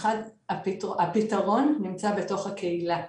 הפתרון נמצא בתוך הקהילה.